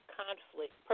conflict